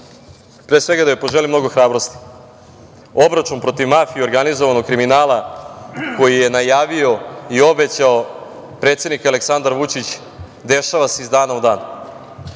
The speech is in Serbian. pre svega da joj poželim mnogo hrabrosti. Obračun protiv mafije i organizovanog kriminala, koji je najavio i obećao predsednik Aleksandar Vučić dešava se iz dana u dan.